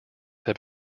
have